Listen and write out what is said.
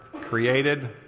created